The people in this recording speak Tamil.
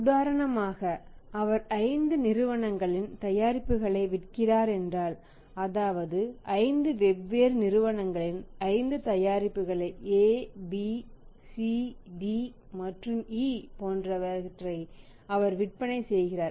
உதாரணமாக அவர் 5 நிறுவனங்களின் தயாரிப்புகளை விற்கிறாரென்றால் அதாவது 5 வெவ்வேறு நிறுவனங்களின் 5 தயாரிப்புகளை ABCD மற்றும் E போன்றவற்றை அவர் விற்பனை செய்கிறார்